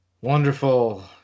Wonderful